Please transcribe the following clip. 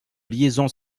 liaison